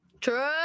True